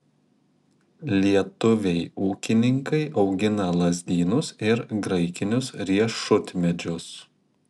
lietuviai ūkininkai augina lazdynus ir graikinius riešutmedžius